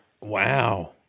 Wow